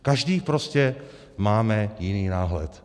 Každý prostě máme jiný náhled.